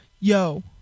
Yo